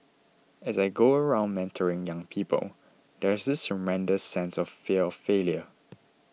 as I go around mentoring young people there's this tremendous sense of fear of failure